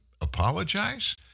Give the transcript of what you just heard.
apologize